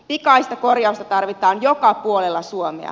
pikaista korjausta tarvitaan joka puolella suomea